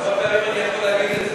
כמה פעמים אני יכול להגיד את זה?